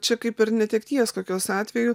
čia kaip ir netekties kokios atveju